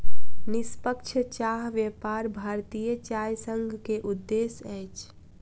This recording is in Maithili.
निष्पक्ष चाह व्यापार भारतीय चाय संघ के उद्देश्य अछि